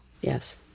Yes